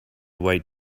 white